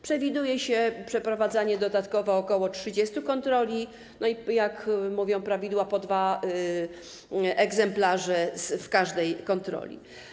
Przewiduje się przeprowadzenie dodatkowo ok. 30 kontroli i jak mówią prawidła, po dwa egzemplarze w każdej kontroli.